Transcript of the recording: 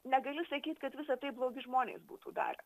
negaliu sakyti kad visa tai blogi žmonės būtų darę